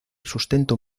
sustento